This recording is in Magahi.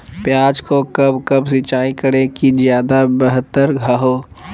प्याज को कब कब सिंचाई करे कि ज्यादा व्यहतर हहो?